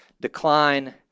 decline